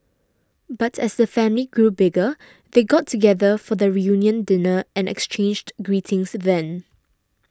but as the family grew bigger they got together for the reunion dinner and exchanged greetings then